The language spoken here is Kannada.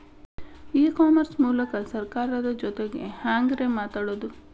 ಇ ಕಾಮರ್ಸ್ ಮೂಲಕ ಸರ್ಕಾರದ ಜೊತಿಗೆ ಹ್ಯಾಂಗ್ ರೇ ಮಾತಾಡೋದು?